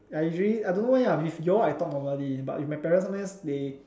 ya usually I don't know why ya your like talk normally but with my parents sometime they